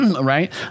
Right